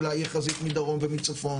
אולי תהיה חזית מדרום ומצפון.